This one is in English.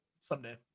someday